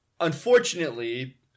Unfortunately